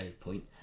Point